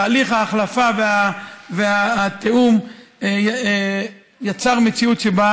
תהליך ההחלפה והתיאום יצר מציאות שבה